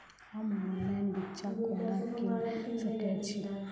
हम ऑनलाइन बिच्चा कोना किनि सके छी?